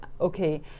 okay